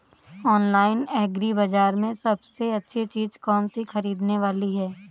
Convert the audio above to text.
Online agri बाजार में सबसे अच्छी चीज कौन सी ख़रीदने वाली है?